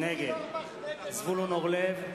נגד זבולון אורלב,